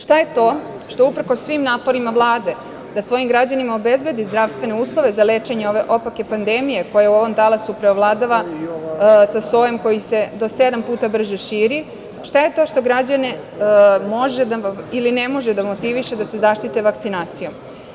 Šta je to što uprkos svim naporima Vlade da svojim građanima obezbedi zdravstvene uslove za lečenje ove opake pandemije, koja u ovom talasu preovladava sa sojem koji se do sedam puta brže širi, šta je to što građane može ili ne može da motiviše da se zaštite vakcinacijom?